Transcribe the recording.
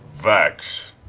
vax